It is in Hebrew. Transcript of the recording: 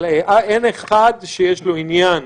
אבל אין אחד שיש לו עניין